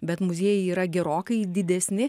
bet muziejai yra gerokai didesni